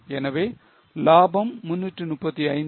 எனவே லாபம் 335